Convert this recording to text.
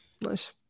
Nice